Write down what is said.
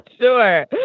Sure